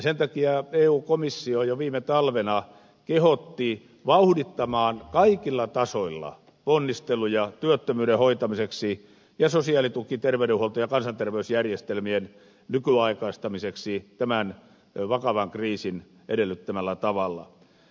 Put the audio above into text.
sen takia eu komissio jo viime talvena kehotti vauhdittamaan kaikilla tasoilla ponnisteluja työttömyyden hoitamiseksi ja sosiaalituki terveydenhuolto ja kansanterveysjärjestelmien nykyaikaistamiseksi tämän vakavan kriisin edellyttämällä tavalla